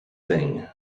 thing